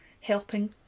helping